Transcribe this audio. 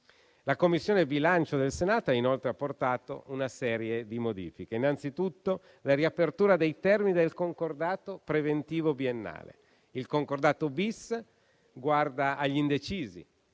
La Commissione bilancio del Senato ha inoltre apportato una serie di modifiche, innanzitutto la riapertura dei termini del concordato preventivo biennale. Il concordato-*bis* guarda agli indecisi